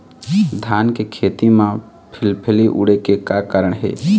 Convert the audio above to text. धान के खेती म फिलफिली उड़े के का कारण हे?